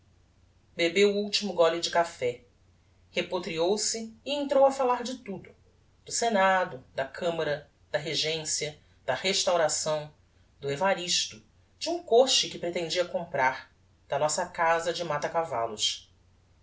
bebeu o ultimo gole de café repotreou se e entrou a fallar de tudo do senado da camara da regencia da restauração do evaristo de um coche que pretendia comprar da nossa casa de